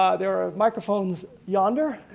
ah there are microphones yonder.